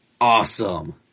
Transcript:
Awesome